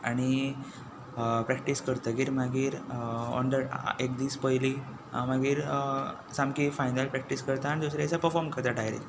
आनी प्रॅक्टीस करतगीर मागीर ऑन द एक दीस पयलीं हांव मागीर सामकी फायनल प्रॅक्टीस करता आनी दुसऱ्या दिसा पफोर्म करता डायरेक्ट